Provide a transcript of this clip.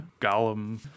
golem